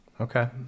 okay